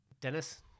Dennis